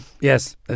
Yes